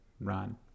run